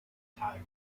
tiger